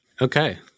Okay